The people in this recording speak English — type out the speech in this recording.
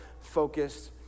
focused